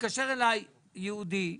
התקשר אליי יהודי מאשדוד,